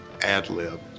ad-lib